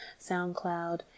SoundCloud